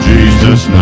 Jesus